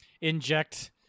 inject